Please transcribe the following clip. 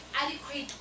adequate